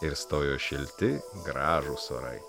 ir stojo šilti gražūs orai